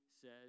says